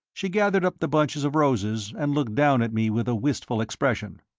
she gathered up the bunches of roses and looked down at me with a wistful expression.